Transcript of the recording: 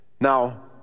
Now